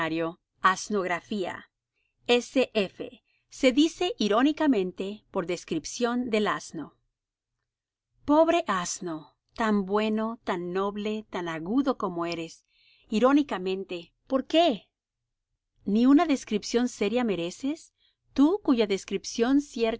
i i s f i i se dice irónicamente por descripción del asno i pobre asno tan bueno tan noble tan agudo como eres irónicamente por qué ni una descripción seria mereces tú cuya descripción